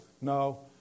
no